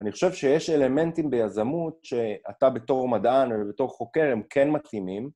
אני חושב שיש אלמנטים ביזמות, שאתה בתור מדען או בתור חוקר הם כן מתאימים.